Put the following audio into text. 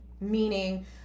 meaning